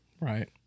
Right